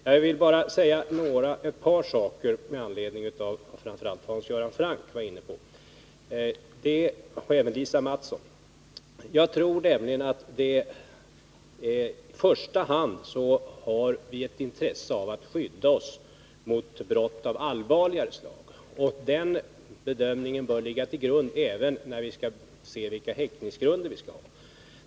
Jag vill bara säga ett par saker med anledning av vad Hans Göran Franck och även Lisa Mattson var inne på. Jag tror att vi i första hand har ett intresse av att skydda oss mot brott av allvarligare slag, och den bedömningen bör ligga till grund även när vi skall se på vilka häktningsgrunder som vi skall ha.